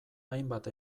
hainbat